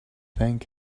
thank